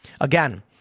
Again